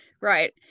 Right